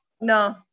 no